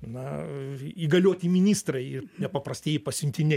na įgalioti ministrai ir nepaprastieji pasiuntiniai